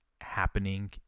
happening